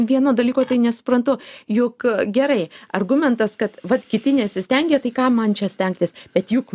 vieno dalyko tai nesuprantu jog gerai argumentas kad vat kiti nesistengia tai kam man čia stengtis bet juk